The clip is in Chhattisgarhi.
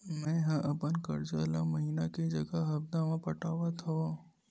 मेंहा अपन कर्जा ला महीना के जगह हप्ता मा पटात हव